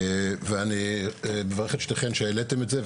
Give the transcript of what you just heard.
ואני מברך את שתיכן שהעליתם את זה,